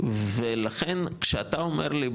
ולכן כשאתה אומר לי,